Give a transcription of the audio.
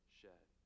shed